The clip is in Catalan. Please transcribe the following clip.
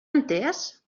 entès